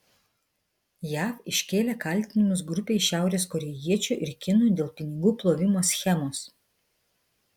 jav iškėlė kaltinimus grupei šiaurės korėjiečių ir kinų dėl pinigų plovimo schemos